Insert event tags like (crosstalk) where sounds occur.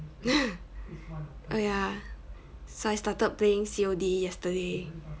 (laughs) oh ya so I started playing C_O_D yesterday